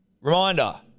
reminder